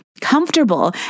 comfortable